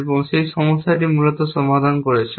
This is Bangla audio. এবং সেই সমস্যাটি মূলত সমাধান করেছেন